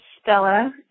Stella